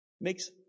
makes